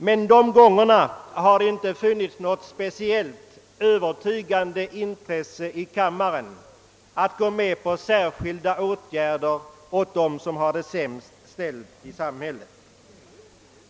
Vid de tillfällena har det inte funnits något speciellt övertygande intresse i kammaren för att gå med på särskilda åtgärder för dem som har det sämst ställt i samhället.